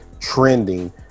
trending